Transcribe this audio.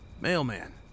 mailman